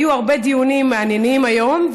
היו הרבה דיונים מעניינים היום,